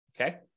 okay